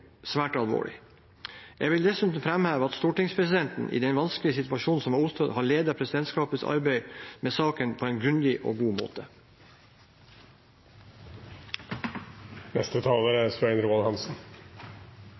svært alvorlig. Jeg vil dessuten framheve at stortingspresidenten i den vanskelige situasjonen som har oppstått, har ledet presidentskapets arbeid med saken på en grundig og god måte.